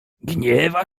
gniewa